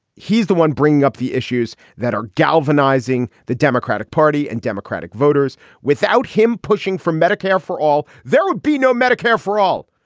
he's the one bringing up the issues that are galvanizing the democratic party and democratic voters without him pushing for medicare for all. there would be no medicare for all.